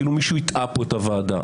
כאילו מישהו הטעה פה את הוועדה.